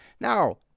now